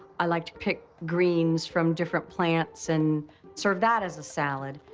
i like to pick greens from different plants and serve that as a salad.